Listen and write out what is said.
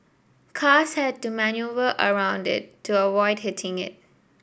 cars had to manoeuvre around it to avoid hitting it